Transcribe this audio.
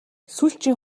сүүлчийн